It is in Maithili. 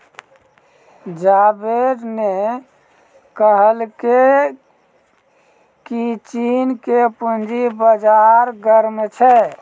जावेद ने कहलकै की चीन के पूंजी बाजार गर्म छै